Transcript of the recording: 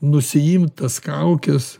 nusiimt tas kaukes